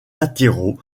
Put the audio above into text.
latéraux